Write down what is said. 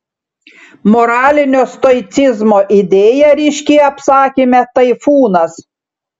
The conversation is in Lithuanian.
moralinio stoicizmo idėja ryški apsakyme taifūnas